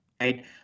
right